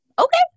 okay